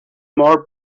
more